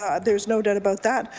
ah there's no doubt about that.